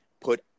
put